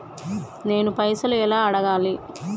నేను పైసలు ఎలా అడగాలి?